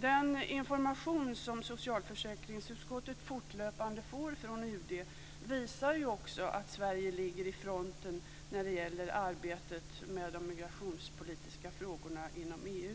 Den information som socialförsäkringsutskottet fortlöpande får från UD visar också att Sverige ligger i fronten när det gäller arbetet med de migrationspolitiska frågorna inom EU.